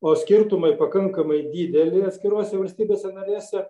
o skirtumai pakankamai dideli atskirose valstybėse narėse